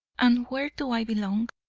and where do i belong?